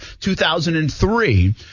2003